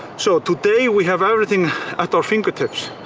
so today, we have everything at our fingertips.